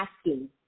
asking